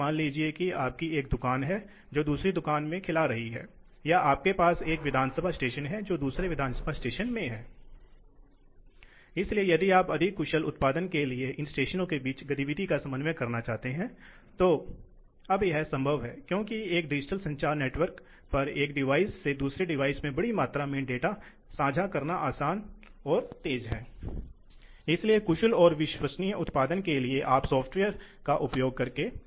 जो एक है जिसका एक अक्ष प्रवाह है और दूसरा अक्ष दबाव है इसलिए यह दबाव को दर्शाता है दबाव आप जानते हैं कुछ हद तक वोल्टेज और प्रवाह कुछ वर्तमान की तरह है इसलिए इस अर्थ में यह ऐसा है जैसे कई हमारे इलेक्ट्रिकल इंजीनियर इसलिए यह कुछ हद तक बैटरी या ऊर्जा स्रोत की छठी विशेषताओं की तरह है और हमें यह याद रखना चाहिए कि घुमाव की निश्चित गति पर यह वक्र कुछ गति से खींचा जाता है